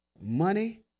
Money